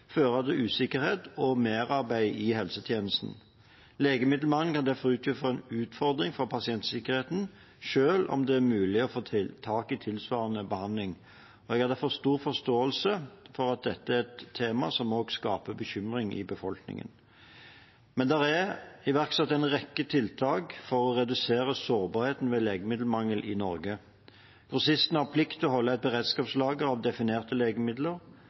til usikkerhet og merarbeid i helsetjenesten. Legemiddelmangel kan derfor utgjøre en utfordring for pasientsikkerheten, selv om det er mulig å få tak i tilsvarende behandling. Jeg har derfor stor forståelse for at dette er et tema som skaper bekymring i befolkningen. Men det er iverksatt en rekke tiltak for å redusere sårbarheten ved legemiddelmangel i Norge. Grossistene har plikt til å holde et beredskapslager av definerte legemidler.